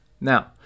Now